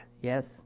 Yes